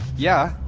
yeah.